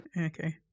okay